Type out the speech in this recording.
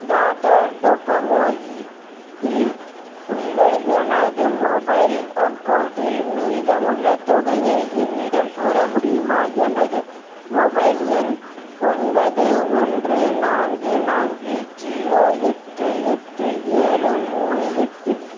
Tata Docomo இல் உள்ள எனது மொபைல் அக்கௌண்ட்டில் மீதம் உள்ள தொகையை என்னிடம் கூற முடியுமா எனது மொபைல் எண் ஒன்பது ஒன்று நான்கு நான்கு ஜீரோ எட்டு எட்டு ஏழு மூணு எட்டு